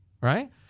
Right